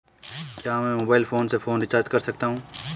क्या मैं mobile phone से फोन रिचार्ज कर सकता हूं?